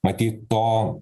matyt to